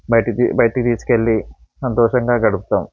బయటికి బయటికి తీసుకెళ్ళి సంతోషంగా గడుపుతాం